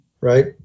right